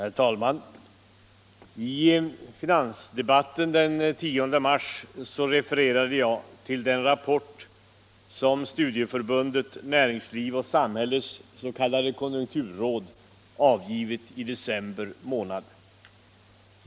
Herr talman! I finansdebatten den 10 mars refererade jag till den rapport som Studieförbundet Näringsliv och samhälles s.k. konjunkturråd avgivit i december månad.